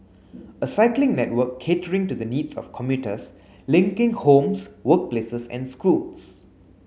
a cycling network catering to the needs of commuters linking homes workplaces and schools